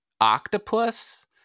octopus